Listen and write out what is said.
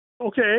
Okay